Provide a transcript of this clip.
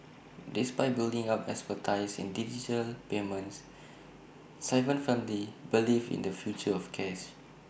despite building up expertise in digital payments Sivan firmly believes in the future of cash